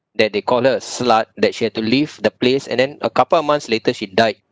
that they called her a slut that she had to leave the place and then a couple of months later she died